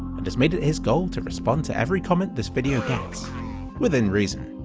and has made it his goal to respond to every comment this video gets within reason!